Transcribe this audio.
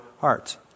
hearts